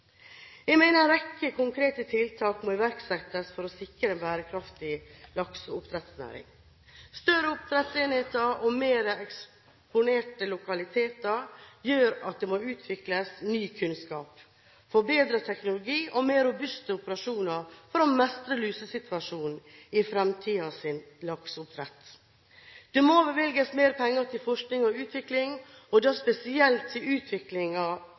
Jeg mener en rekke konkrete tiltak må iverksettes for å sikre en bærekraftig lakseoppdrettsnæring. Større oppdrettsenheter og mer eksponerte lokaliteter gjør at det må utvikles ny kunnskap, forbedret teknologi og mer robuste operasjoner for å mestre lusesituasjonen i fremtidens lakseoppdrett. Det må bevilges mer penger til forskning og utvikling, og da spesielt til